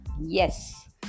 yes